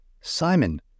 Simon